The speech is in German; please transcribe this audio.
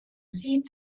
sie